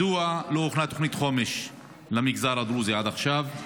רצוני לשאול: 1. מדוע לא הוכנה תוכנית חומש למגזר הדרוזי עד עכשיו?